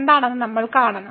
എന്താണെന്ന് നമ്മൾ കാണണം